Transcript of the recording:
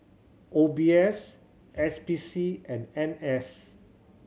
O B S S P C and N S